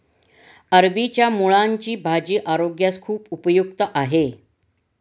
अरबीच्या मुळांची भाजी आरोग्यास खूप उपयुक्त आहे